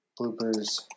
Bloopers